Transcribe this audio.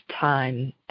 time